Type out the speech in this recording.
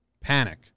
Panic